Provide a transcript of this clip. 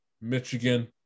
Michigan